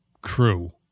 crew